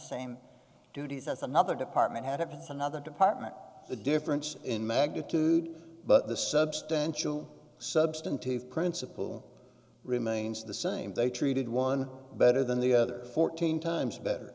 same duties as another department head of it's another department the difference in magnitude but the substantial substantive principle remains the same they treated one better than the other fourteen times better